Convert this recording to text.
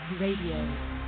Radio